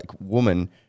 woman